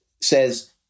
says